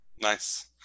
Nice